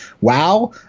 WoW